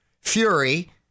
Fury